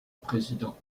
président